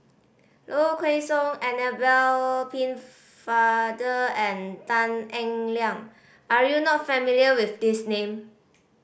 Low Kway Song Annabel Pennefather and Tan Eng Liang are you not familiar with these name